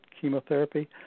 chemotherapy